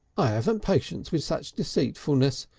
i aven't patience with such deceitfulness,